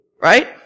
right